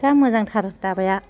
जा मोजांथार दाबाया